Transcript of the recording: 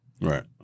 Right